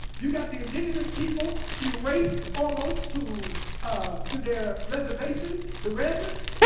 you got the indigenous people erased almost to ah to their reservations the rezes.